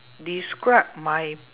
describe my